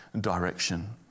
direction